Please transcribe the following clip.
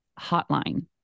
hotline